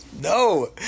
No